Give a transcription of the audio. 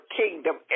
kingdom